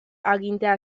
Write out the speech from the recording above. agintea